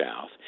south